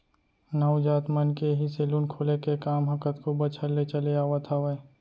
नाऊ जात मन के ही सेलून खोले के काम ह कतको बछर ले चले आवत हावय